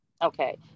Okay